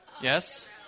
Yes